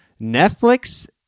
Netflix